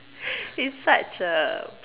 it's such a